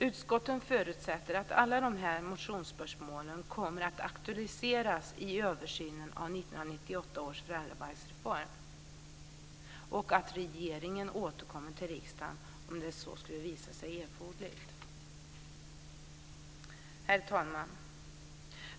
Utskottet förutsätter att alla dessa motionsspörsmålen kommer att aktualiseras i översynen av 1998 års föräldrabalksreform och att regeringen återkommer till riksdagen om det skulle visa sig erforderligt. Herr talman!